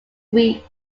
weak